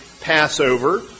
Passover